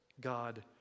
God